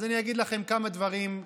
אז אני אגיד לכם כמה דברים,